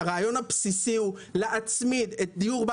הרעיון הבסיסי הוא להצמיד את הדיור בר